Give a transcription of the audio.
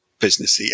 businessy